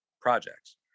projects